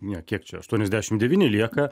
ne kiek čia aštuoniasdešim devyni lieka